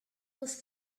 was